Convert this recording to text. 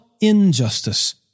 injustice